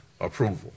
approval